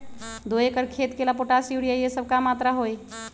दो एकर खेत के ला पोटाश, यूरिया ये सब का मात्रा होई?